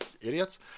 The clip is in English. Idiots